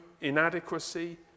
inadequacy